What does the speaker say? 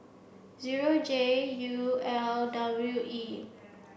zero J U L W E